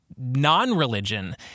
non-religion